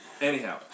Anyhow